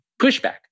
pushback